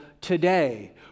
today